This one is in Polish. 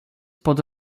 pod